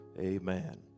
amen